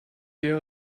wäre